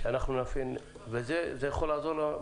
זה יכול לעזור.